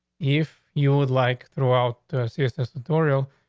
if you would like throughout seriousness tutorial,